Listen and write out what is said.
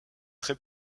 très